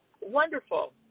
wonderful